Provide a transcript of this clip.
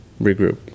regroup